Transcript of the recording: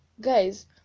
guys